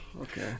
okay